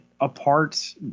apart